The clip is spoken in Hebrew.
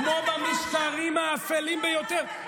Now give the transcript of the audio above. כמו במשטרים האפלים ביותר.